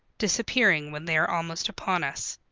disappearing when they are almost upon us.